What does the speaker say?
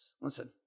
listen